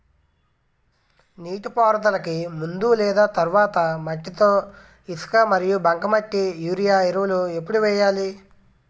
నీటిపారుదలకి ముందు లేదా తర్వాత మట్టిలో ఇసుక మరియు బంకమట్టి యూరియా ఎరువులు ఎప్పుడు వేయాలి?